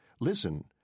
Listen